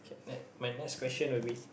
okay ne~ my next question will be